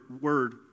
Word